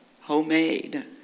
Homemade